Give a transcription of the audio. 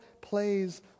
plays